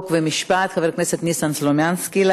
חוק ומשפט חבר הכנסת ניסן סלומינסקי.